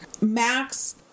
Max